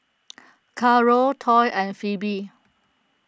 Caro Toy and Phebe